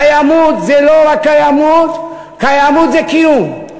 קיימות זה לא רק קיימות, קיימות זה קיום.